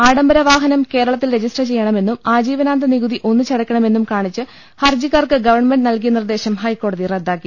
ആഡംബര വാഹനം കേരളത്തിൽ രജിസ്റ്റർ ചെയ്യണമെന്നും ആജീവനാന്ത നികുതി ഒന്നിച്ചടയ്ക്കണമെന്നും കാണിച്ച് ഹർജി ക്കാർക്ക് ഗവൺമെന്റ് നൽകിയ നിർദേശം ഹൈക്കോടതി റദ്ദാക്കി